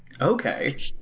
Okay